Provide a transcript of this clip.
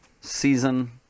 Season